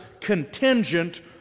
contingent